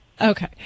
Okay